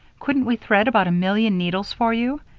couldn't we thread about a million needles for you?